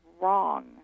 wrong